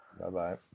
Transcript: Bye-bye